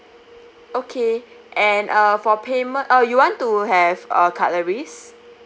okay and uh for payment oh you want to have uh cutleries